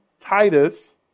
Titus